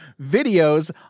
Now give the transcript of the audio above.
videos